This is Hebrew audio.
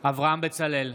אברהם בצלאל,